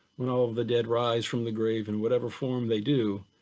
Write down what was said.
when all of the dead rise from the grave in whatever form they do,